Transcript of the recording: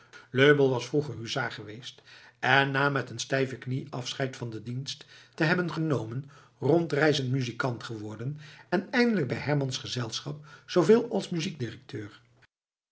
löbell was vroeger huzaar geweest en na met een stijve knie afscheid van den dienst te hebben genomen rondreizend muzikant geworden en eindelijk bij hermans gezelschap zooveel als